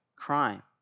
crime